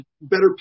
better